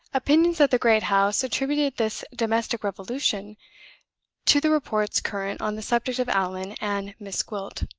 opinions at the great house attributed this domestic revolution to the reports current on the subject of allan and miss gwilt.